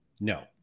no